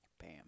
Bam